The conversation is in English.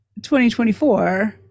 2024